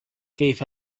كيف